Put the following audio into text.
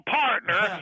partner